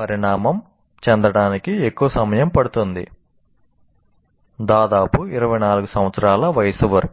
పరిణామం చెందడానికి ఎక్కువ సమయం పడుతుంది దాదాపు 24 సంవత్సరాల వయస్సు వరకు